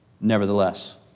nevertheless